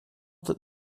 that